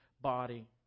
body